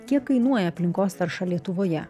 kiek kainuoja aplinkos tarša lietuvoje